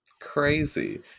Crazy